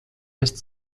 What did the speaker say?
jest